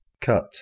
cut